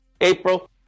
April